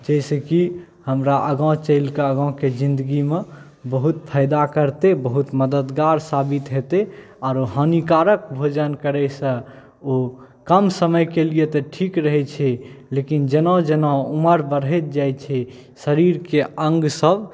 जाहिसँ कि हमरा आगाँ चलिकऽ आगाँके जिन्दगीमे बहुत फायदा करतै बहुत मददगार साबित हेतै आरो हानिकारक भोजन करैसँ ओ कम समयके लिए तऽ ठीक रहै छै लेकिन जेना जेना उमरि बढ़ैत जाइ छै शरीरके अङ्ग सभ